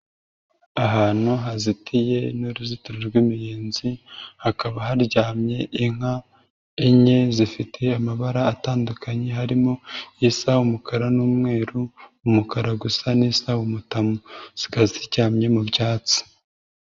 Ahantu hazitiye n'uruzitiro rw'imiyezi hakaba haryamye inka enye zifite amabara atandukanye harimo isa umukara n'umweru, umukara gusa n'isabu umutamu. Zikaba ziryamye mu byatsi.